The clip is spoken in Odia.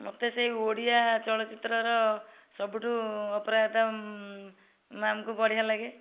ମତେ ସେଇ ଓଡ଼ିଆ ଚଳଚିତ୍ରର ସବୁଠୁ ଅପରାଜିତା ମ୍ୟାମଙ୍କୁ ବଢ଼ିଆ ଲାଗେ